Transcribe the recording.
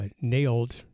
nailed